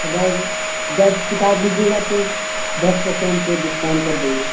اگر دس کتاب لیجیے گا تو دس پرسینٹ ڈسکاؤنٹ کر دیں گے